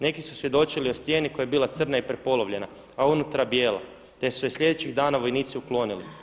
Neki su svjedočili o stijeni koja je bila crna i prepolovljena a unutar bijela te su je slijedećih dana vojnici uklonili.